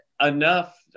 enough